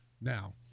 Now